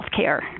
healthcare